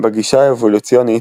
בגישה האבולוציונית,